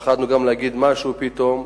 פחדנו גם להגיד משהו פתאום,